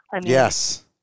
Yes